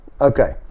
Okay